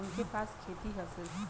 उनके पास खेती हैं सिर्फ